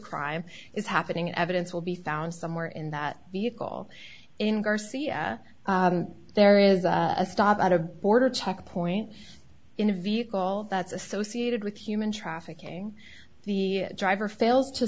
crime is happening evidence will be found somewhere in that vehicle in garcia there is a stop at a border checkpoint in a vehicle that's associated with human trafficking the driver fails to